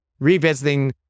Revisiting